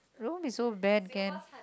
don't be so bad can